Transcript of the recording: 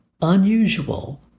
unusual